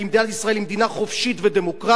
כי מדינת ישראל היא מדינה חופשית ודמוקרטית,